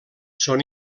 són